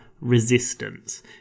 resistance